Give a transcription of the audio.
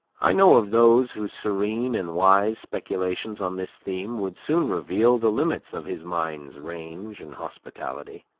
i know of those whose serene and wise speculations on this theme would soon reveal the limits of his mind's range and hospitality.